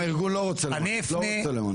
אם הארגון לא רוצה למנות,